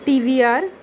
T V R